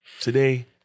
today